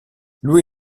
lui